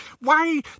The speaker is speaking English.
Why